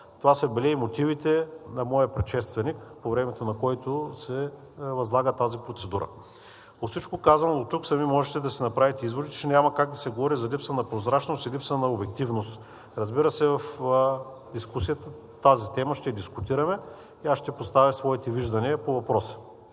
Това са били и мотивите на моя предшественик, по времето на който се възлага тази процедура. От всичко казано дотук сами можете да се направите изводите, че няма как да се говори за липса на прозрачност и липса на обективност. Разбира се, в дискусията тази тема ще я дискутираме и аз ще поставя своите виждания по въпроса.